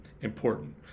important